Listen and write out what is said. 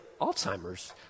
Alzheimer's